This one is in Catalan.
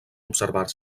observar